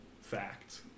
fact